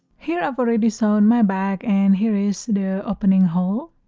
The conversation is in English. here i've already sewn my bag and here is the opening hole.